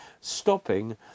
stopping